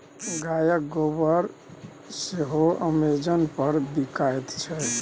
गायक गोबर सेहो अमेजन पर बिकायत छै